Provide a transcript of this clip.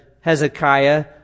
Hezekiah